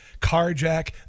carjack